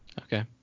Okay